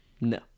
No